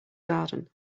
garden